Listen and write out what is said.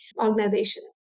organization